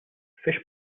fish